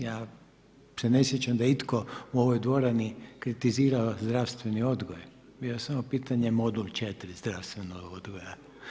Ja se ne sjećam da je itko u ovoj dvorani kritizirao zdravstveni odgoj, bilo je samo u pitanju modul 4 zdravstvenog odgoja.